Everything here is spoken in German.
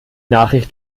nachricht